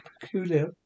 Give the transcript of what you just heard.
peculiar